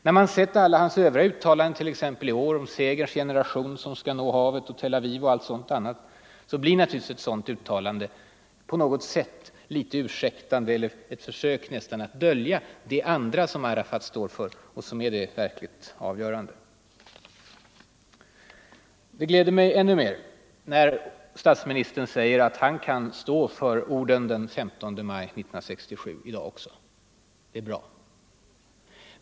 När man har sett Arafats alla övriga bombasmer, t.ex. om segerns generation som skall nå havet och Tel Aviv och andra sådana deklarationer, uppfattas naturligtvis herr Palmes uttalande som litet ursäktande eller som ett försök att dölja vad Arafat står för. Det glädjer mig när statsministern säger att han också i dag kan stå för orden den 15 maj 1967.